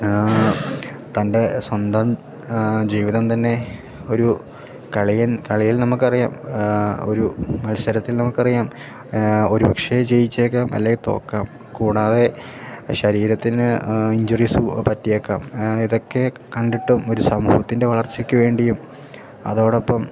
തൻ്റെ സ്വന്തം ജീവിതം തന്നെ ഒരു കളിയിൻ കളിയിൽ നമുക്കറിയാം ഒരു മത്സരത്തിൽ നമുക്കറിയാം ഒരു പക്ഷേ ജയിച്ചേക്കാം അല്ലെ തോൽക്കാം കൂടാതെ ശരീരത്തിന് ഇഞ്ചുറീസ് പറ്റിയേക്കാം ഇതൊക്കെ കണ്ടിട്ടും ഒരു സാമൂഹത്തിൻ്റെ വളർച്ചയ്ക്ക് വേണ്ടിയും അതോടൊപ്പം